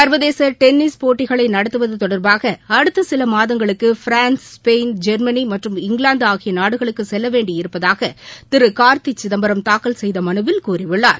சர்வதேச டென்னிஸ் போட்டிகளை நடத்துவது தொடர்பாக அடுத்த சில மாதங்களுக்கு பிரான்ஸ் ஸ்பெயின் ஜெர்மனி மற்றும் இங்கிலாந்து ஆகிய நாடுகளுக்கு செல்ல வேண்டியிருப்பதாக திரு கார்த்தி சிதம்பரம் தாக்கல் செய்த மனுவில் கூறியுள்ளார்